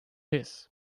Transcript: his